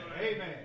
Amen